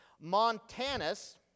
Montanus